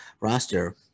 roster